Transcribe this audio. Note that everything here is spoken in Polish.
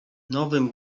nowym